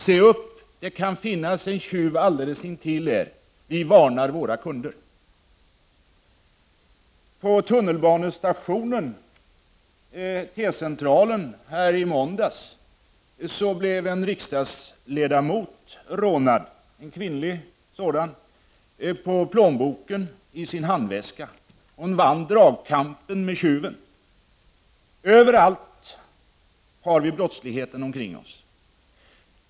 Se upp, det kan finnas en tjuv alldeles intill er. Vi varnar våra kunder. På tunnelbanestationen T-centralen blev en kvinnlig riksdagsledamot i måndags rånad på plånboken i sin handväska. Hon vann dragkampen med tjuven. Överallt har vi brottsligheten omkring oss.